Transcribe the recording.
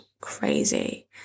crazy